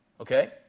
Okay